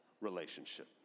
relationship